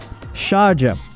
Sharjah